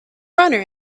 runner